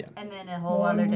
and then a whole other